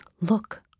Look